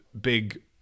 big